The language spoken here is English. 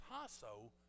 tasso